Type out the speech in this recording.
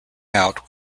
out